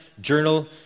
journal